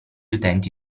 utenti